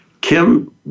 Kim